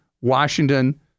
Washington